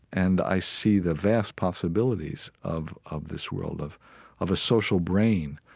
and i see the vast possibilities of of this world, of of a social brain.